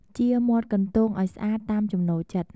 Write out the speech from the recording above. ចៀរមាត់កន្ទោងឲ្យស្អាតតាមចំណូលចិត្ត។